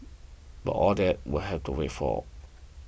but all that will have to wait for